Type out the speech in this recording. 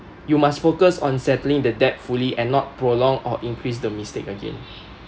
you must focus on settling the debt fully and not prolong or increase the mistake again